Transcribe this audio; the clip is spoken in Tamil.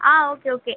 ah okay okay